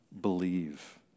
believe